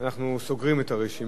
אנחנו סוגרים את הרשימה.